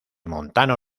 montano